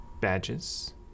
badges